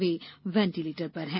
वे ventilator पर हैं